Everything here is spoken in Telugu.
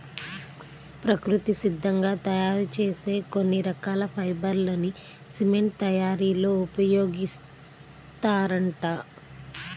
ప్రకృతి సిద్ధంగా తయ్యారు చేసే కొన్ని రకాల ఫైబర్ లని సిమెంట్ తయ్యారీలో ఉపయోగిత్తారంట